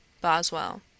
Boswell